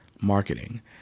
marketing